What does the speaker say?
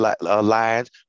lines